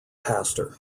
pastor